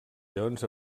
lleons